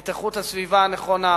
את איכות הסביבה הנכונה,